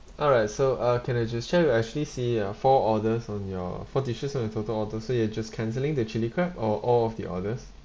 alright so uh can I just check I actually see uh four orders on your four dishes on your total order so you're just cancelling the chilli crab or all of the orders